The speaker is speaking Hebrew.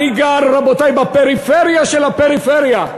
אני גר, רבותי, בפריפריה של הפריפריה.